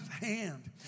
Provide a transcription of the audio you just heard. hand